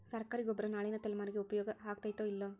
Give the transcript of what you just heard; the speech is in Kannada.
ಸರ್ಕಾರಿ ಗೊಬ್ಬರ ನಾಳಿನ ತಲೆಮಾರಿಗೆ ಉಪಯೋಗ ಆಗತೈತೋ, ಇಲ್ಲೋ?